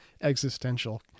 existential